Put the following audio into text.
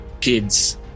kids